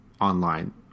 online